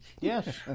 Yes